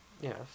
Yes